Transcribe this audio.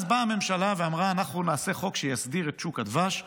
אז באה הממשלה ואמרה: אנחנו נעשה חוק שיסדיר את שוק הדבש.